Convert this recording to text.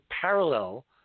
parallel